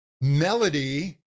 melody